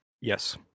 Yes